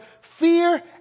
fear